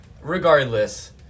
Regardless